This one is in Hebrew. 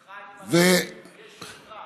לך אני מקשיב בקשב רב.